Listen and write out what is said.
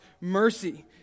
mercy